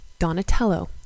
Donatello